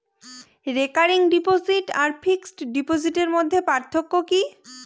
Recurring deposit আর fixed ডিপোজিটের মধ্যে পার্থক্য কি?